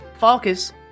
Falkus